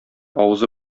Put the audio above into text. авызы